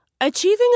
Achieving